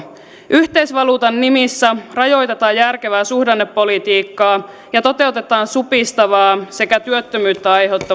yhteisvaluutan nimissä rajoitetaan järkevää suhdannepolitiikkaa ja toteutetaan supistavaa sekä työttömyyttä aiheuttavaa